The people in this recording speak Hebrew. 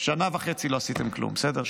שנה וחצי לא עשיתם כלום, בסדר?